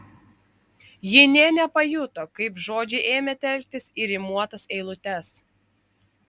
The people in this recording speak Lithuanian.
ji nė nepajuto kaip žodžiai ėmė telktis į rimuotas eilutes